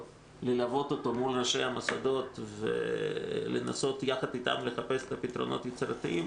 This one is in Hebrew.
ללוות אותו מול ראשי המוסדות ולנסות יחד איתם לחפש פתרונות יצירתיים.